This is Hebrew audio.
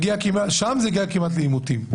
שם זה הגיע כמעט לעימותים.